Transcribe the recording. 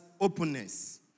openness